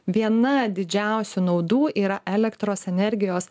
viena didžiausių naudų yra elektros energijos